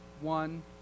one